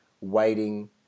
waiting